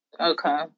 Okay